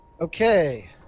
Okay